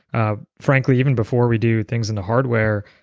ah frankly, even before we do things in the hardware,